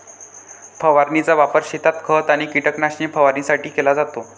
फवारणीचा वापर शेतात खत आणि कीटकनाशके फवारणीसाठी केला जातो